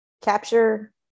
capture